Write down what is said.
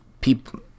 people